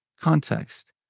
context